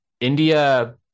India